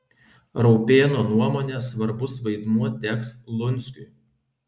raupėno nuomone svarbus vaidmuo teks lunskiui